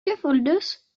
cheerfulness